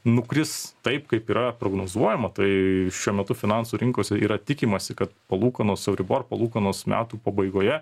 nukris taip kaip yra prognozuojama tai šiuo metu finansų rinkose yra tikimasi kad palūkanos euribor palūkanos metų pabaigoje